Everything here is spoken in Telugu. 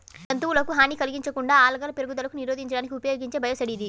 జంతువులకు హాని కలిగించకుండా ఆల్గల్ పెరుగుదలను నిరోధించడానికి ఉపయోగించే బయోసైడ్ ఇది